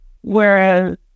whereas